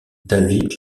david